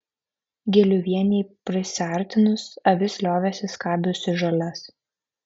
giliuvienei prisiartinus avis liovėsi skabiusi žoles